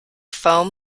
foam